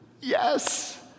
yes